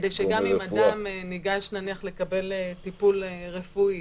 גם אם אדם ניגש נניח לקבל טיפול רפואי,